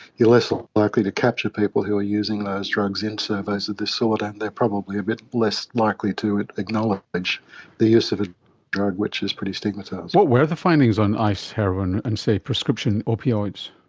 you're less like likely to capture people who are using those drugs in surveys of this sort and they are probably a bit less likely to acknowledge the use of a drug which is pretty stigmatised. what were the findings on ice, heroine and, say, prescription opioids?